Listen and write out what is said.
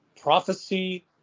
Prophecy